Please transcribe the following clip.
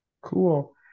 Cool